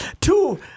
two